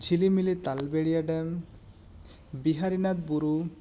Jhilimili Talberia dam Biharinath ᱵᱩᱨᱩ